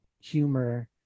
humor